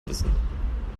wissen